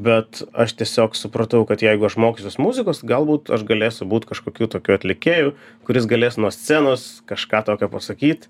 bet aš tiesiog supratau kad jeigu aš mokysiuos muzikos galbūt aš galėsiu būt kažkokiu tokiu atlikėju kuris galės nuo scenos kažką tokio pasakyt